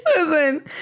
Listen